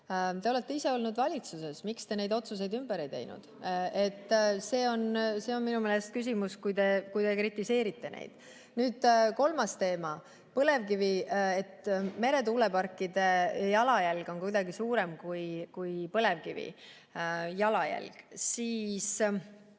Te olete ise olnud valitsuses. Miks te neid otsuseid ümber ei teinud? See on minu meelest küsimus, kui te neid [otsuseid] kritiseerite. Nüüd kolmas teema – põlevkivi. [Te ütlete, et] meretuuleparkide jalajälg on kuidagi suurem kui põlevkivi jalajälg.